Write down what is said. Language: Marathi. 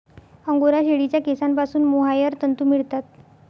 अंगोरा शेळीच्या केसांपासून मोहायर तंतू मिळतात